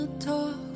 Talk